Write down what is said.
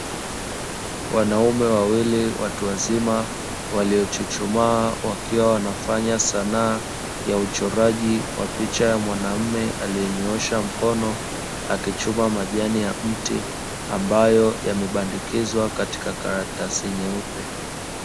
Wanaume wawili watu wazima waliochuchumaa wakiwa wanafanya sanaa ya uchoraji wa picha ya mwanaume aliyenyoosha mkono akichuma majani ya mti ambayo yamebandikizwa katika karatasi nyeupe.